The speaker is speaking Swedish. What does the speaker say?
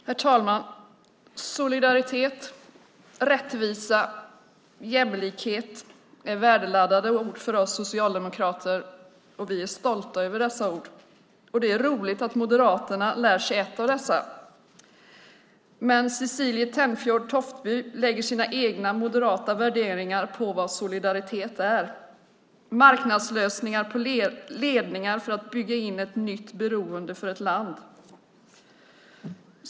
Herr talman! Solidaritet, rättvisa, jämlikhet är värdeladdade ord för oss socialdemokrater, och vi är stolta över dessa ord. Det är roligt att Moderaterna har lärt sig ett av dessa. Men Cecilie Tenfjord-Toftby lägger sina egna moderata värderingar på vad solidaritet är - marknadslösningar avseende ledningar för att bygga in ett nytt beroende för ett land.